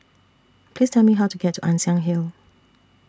Please Tell Me How to get to Ann Siang Hill